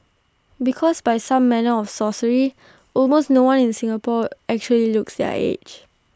because by some manner of sorcery almost no one in Singapore actually looks their age